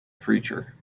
preacher